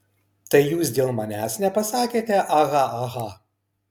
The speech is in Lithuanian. tai jūs dėl manęs nepasakėte aha aha